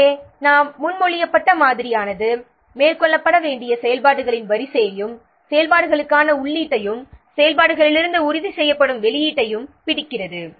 எனவே நாங்கள் முன்மொழியப்பட்ட மாதிரியானது மேற்கொள்ளப்பட வேண்டிய செயல்பாடுகளின் வரிசையையும் செயல்பாடுகளுக்கான உள்ளீட்டையும் செயல்பாடுகளிலிருந்து உற்பத்தி செய்யப்படும் வெளியீட்டையும் பிடிக்கிறது